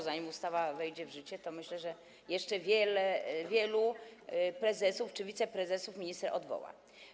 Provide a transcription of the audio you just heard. Zanim ustawa wejdzie w życie, myślę, że jeszcze wielu prezesów czy wiceprezesów minister odwoła.